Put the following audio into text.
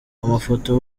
amafoto